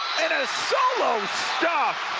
and a solo stop!